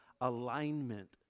alignment